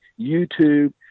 YouTube